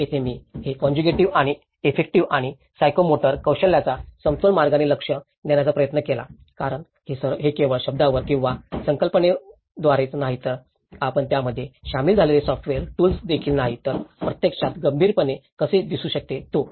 येथे मी हे कोंजिगेटिव्ह आणि इफेक्टिव्ह आणि सायकोमोटर कौशल्यांचा समतोल मार्गाने लक्ष देण्याचा प्रयत्न केला कारण हे केवळ शब्दांवर किंवा संकल्पनेद्वारेच नाही तर आपण त्यामध्ये सामील झालेले सॉफ्टवेअर टूल्स देखील नाही तर प्रत्यक्षात गंभीरपणे कसे दिसू शकते तो